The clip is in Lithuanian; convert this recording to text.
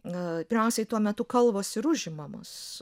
a pirmiausiai tuo metu kalvos ir užimamos